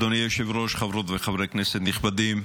אדוני היושב-ראש, חברות וחברי כנסת נכבדים,